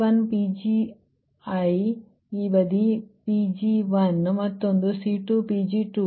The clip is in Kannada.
ಒಂದು ಈ ರೀತಿ C1 ಈ ಬದಿ Pg1 ಮತ್ತೊಂದು C2